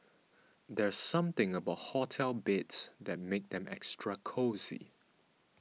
there's something about hotel beds that makes them extra cosy